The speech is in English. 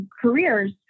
careers